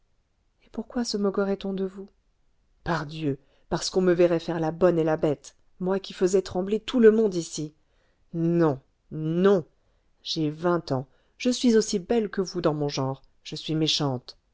et pourquoi se moquerait on de vous pardieu parce qu'on me verrait faire la bonne et la bête moi qui faisais trembler tout le monde ici non non j'ai vingt ans je suis aussi belle que vous dans mon genre je suis méchante